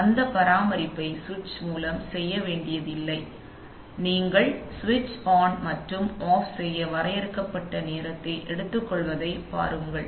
அந்த பராமரிப்பை சுவிட்ச் மூலம் செய்ய வேண்டியதில்லை ஏனெனில் நீங்கள் சுவிட்ச் ஆன் மற்றும் ஆஃப் செய்ய வரையறுக்கப்பட்ட நேரத்தை எடுத்துக்கொள்வதைப் பாருங்கள்